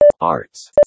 arts